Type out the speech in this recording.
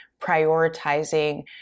prioritizing